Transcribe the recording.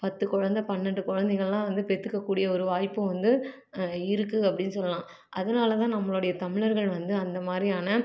பத்து குழந்த பன்னெண்டு குழந்தைங்கல்லாம் வந்து பெற்றுக்க கூடிய ஒரு வாய்ப்பு வந்து இருக்கு அப்படின்னு சொல்லலாம் அதனால தான் நம்மளுடைய தமிழர்கள் வந்து அந்த மாதிரியான